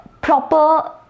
proper